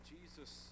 Jesus